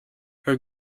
her